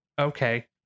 okay